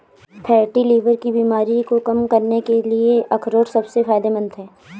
fatty liver की बीमारी को कम करने के लिए अखरोट सबसे फायदेमंद है